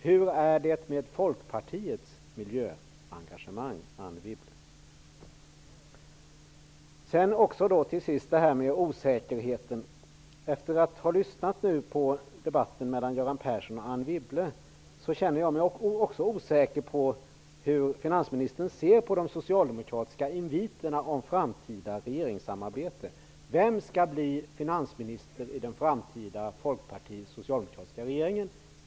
Hur är det med Folkpartiets miljöengagemang, Anne Wibble? Sedan till sist om osäkerheten. Efter att ha lyssnat på debatten mellan Göran Persson och Anne Wibble känner jag mig osäker på hur finansminister ser på de socialdemokratiska inviterna till ett framtida regeringssamarbete. Vem skall bli finansminister i den framtida folkpartistisksocialdemokratiska regeringen?